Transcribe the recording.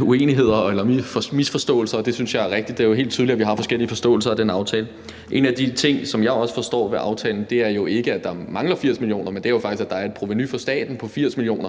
uenigheder eller misforståelser, og det synes jeg er rigtigt. Det er jo helt tydeligt, at vi har forskellige forståelser af den aftale. En af de ting, som jeg forstår ved aftalen, er jo også, at der ikke mangler 80 mio. kr., men at der faktisk er et provenu for staten på 80 mio.